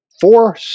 four